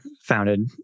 founded